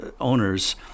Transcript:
owners